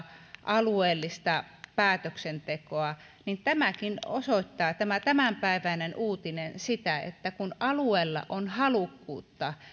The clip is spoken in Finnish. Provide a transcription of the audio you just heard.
alueellista päätöksentekoa niin tämäkin osoittaa tämä tämänpäiväinen uutinen että kun alueella on halukkuutta